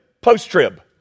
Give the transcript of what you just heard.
post-trib